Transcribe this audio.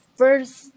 first